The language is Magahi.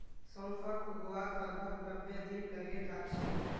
सौंफक उगवात लगभग नब्बे दिन लगे जाच्छे